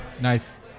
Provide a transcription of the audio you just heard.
nice